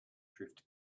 drift